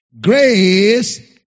Grace